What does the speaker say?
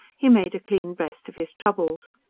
he made a clean breast of his troubles.